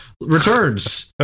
returns